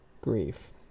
grief